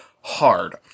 hard